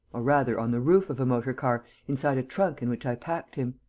or rather on the roof of a motor-car, inside a trunk in which i packed him.